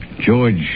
George